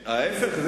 ההיפך,